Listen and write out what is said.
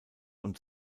und